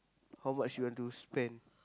how much you want to spend